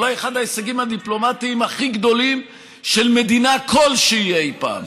אולי אחד ההישגים הדיפלומטיים של מדינה כלשהי אי פעם,